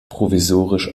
provisorisch